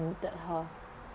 admitted her